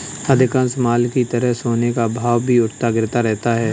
अधिकांश माल की तरह सोने का भाव भी उठता गिरता रहता है